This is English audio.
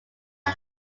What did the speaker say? are